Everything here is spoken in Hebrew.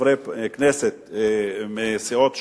חברי כנסת מסיעות שונות,